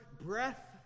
breath